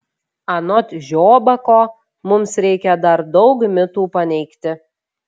anot žiobako mums reikia dar daug mitų paneigti